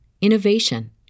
innovation